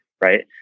right